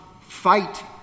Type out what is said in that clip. fight